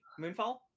Moonfall